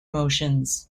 motions